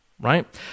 Right